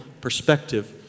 perspective